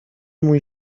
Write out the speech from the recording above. mój